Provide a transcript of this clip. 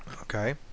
Okay